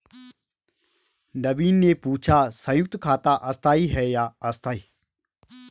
नवीन ने पूछा संयुक्त खाता स्थाई है या अस्थाई